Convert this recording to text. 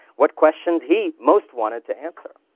what questions he most wanted to answer.